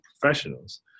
professionals